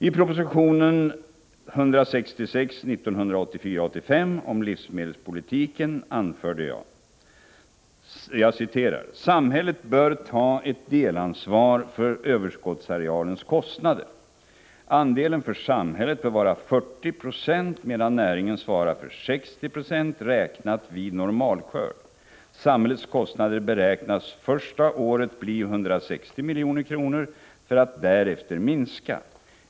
I propositionen 1984/85:166 om livsmedelspolitiken anförde jag: ”Samhället bör ta ett delansvar för överskottsarealens kostnader. Andelen för samhället bör vara 40 26, medan näringen svarar för 60 90, räknat vid normalskörd. Samhällets kostnader beräknas första året bli 160 milj.kr. för att därefter minska.